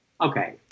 Okay